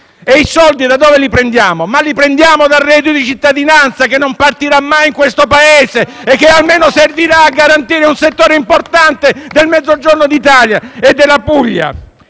FI-BP).* E dove prendiamo i soldi? Dal reddito di cittadinanza, che non partirà mai in questo Paese: almeno serviranno a garantire un settore importante del Mezzogiorno d'Italia e della Puglia.